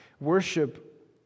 Worship